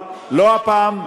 אבל לא הפעם,